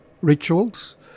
rituals